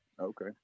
Okay